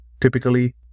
Typically